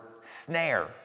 snare